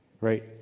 Right